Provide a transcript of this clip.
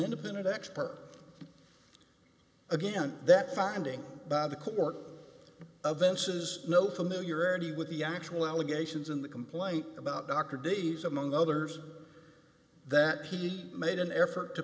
independent expert again that finding by the court of s's no familiarity with the actual allegations in the complaint about dr days among others that he made an effort to